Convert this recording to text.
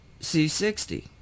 C60